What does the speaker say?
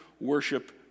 worship